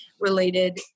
related